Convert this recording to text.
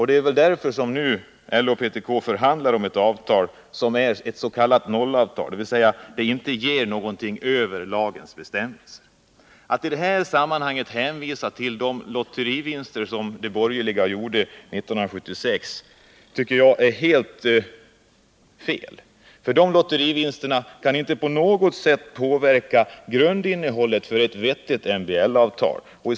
Det är väl därför som nu LO och PTK förhandlar om ett avtal som är ett s.k. nollavtal, dvs. ett avtal som inte ger någonting utöver vad som bestäms i lagen. Att i detta sammanhang hänvisa till de lotterivinster som de borgerliga gjorde 1976 är, enligt min mening, helt felaktigt. Dessa lotterivinster kan inte på något sätt få påverka grundinnehållet i ett vettigt MBL-avtal.